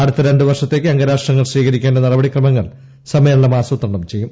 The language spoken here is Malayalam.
അടുത്ത രണ്ടു വർഷത്തേക്ക് അംഗരാഷ്ട്രങ്ങൾ സ്വീകരിക്കേണ്ട നടപടിക്രമങ്ങൾ സമ്മേളനം ആസൂത്രണം ചെയ്യും